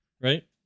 right